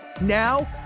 Now